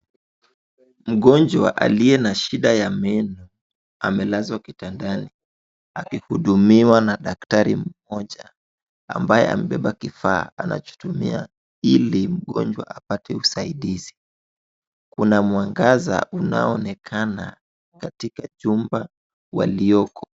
Mgonjwa aliye na shida ya meno amelazwa kitandani akihudumiwa na daktari mmoja ambaye amebeba kifaa anachotumia ili mgonjwa apate usaidizi. Kuna mwangaza unaonekana katika chumba walioko.